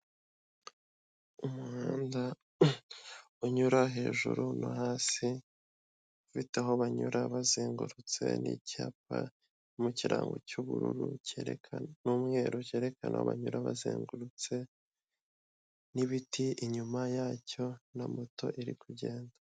Umuhanda unyura hejuru no hasi ufite aho banyura bazengurutse n'icyapa mu kirango cy'ubururu cyerekana n'umweru cyerekana banyura bazengurutse n'ibiti inyuma yacyo na moto iri kugenda.